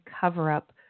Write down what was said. cover-up